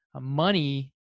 money